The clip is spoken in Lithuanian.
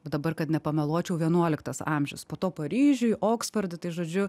o dabar kad nepameluočiau vienuoliktas amžius po to paryžiuj oksforde tai žodžiu